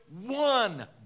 one